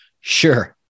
sure